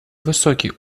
высокий